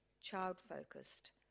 child-focused